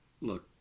look